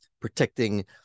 protecting